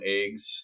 eggs